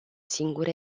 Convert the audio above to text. singur